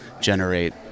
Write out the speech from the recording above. generate